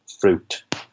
fruit